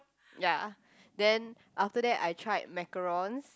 ya then after that I tried macarons